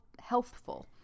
healthful